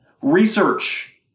Research